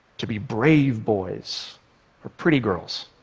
to be brave boys or pretty girls,